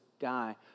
guy